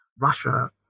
Russia